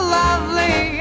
lovely